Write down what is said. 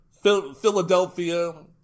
Philadelphia